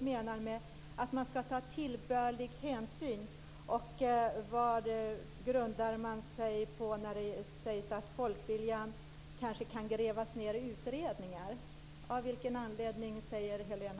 menar med att man skall ta tillbörlig hänsyn. Vilken grund har man för att säga att folkviljan kanske kan grävas ned i utredningar? Av vilken anledning säger Helena